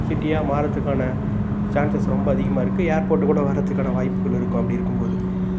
சிட்டியாக மாறுறத்துக்கான சான்செஸ் ரொம்ப அதிகமாக இருக்குது ஏர்போட் கூட வர்றத்துக்கான வாய்ப்புகள் இருக்கும் அப்படி இருக்கும்போது